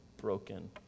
broken